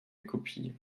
kopie